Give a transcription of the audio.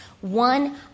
One